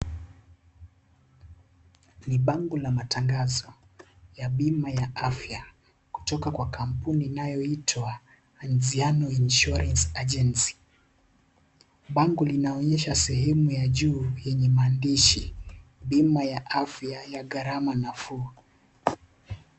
Ni bango la matangazo ya bima ya afya kutoka kwa kampuni inayoitwa Anziano Insurance Agency . Bango linaonyesha sehemu ya juu yenye maandishi 'Bima ya afya ya gharama nafuu.'